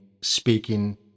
speaking